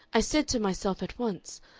i said to myself at once,